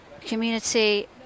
Community